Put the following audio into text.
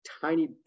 tiny